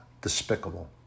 despicable